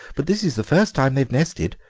but this is the first time they've nested.